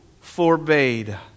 forbade